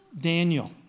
Daniel